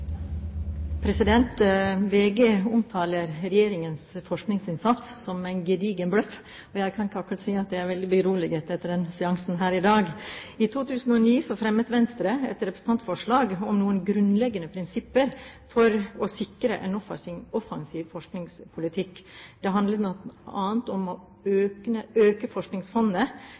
jeg kan ikke akkurat si at jeg er veldig beroliget etter seansen her i dag. I 2009 fremmet Venstre et representantforslag om noen grunnleggende prinsipper for å sikre en offensiv forskningspolitikk. Det handlet bl.a. om å øke